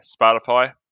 Spotify